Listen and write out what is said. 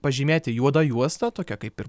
pažymėti juoda juosta tokia kaip ir